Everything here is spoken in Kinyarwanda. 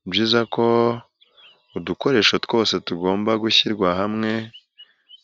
Ni byiza ko udukoresho twose tugomba gushyirwa hamwe